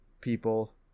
people